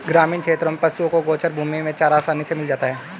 ग्रामीण क्षेत्रों में पशुओं को गोचर भूमि में चारा आसानी से मिल जाता है